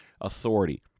authority